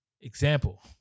Example